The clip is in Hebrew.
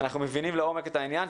אנחנו מבינים לעומק את העניין.